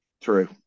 True